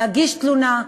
להגיש תלונה.